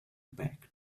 back